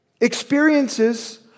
Experiences